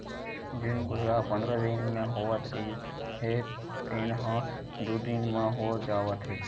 जेन बूता ह पंदरा दिन म होवत रिहिस हे तेन ह दू दिन म हो जावत हे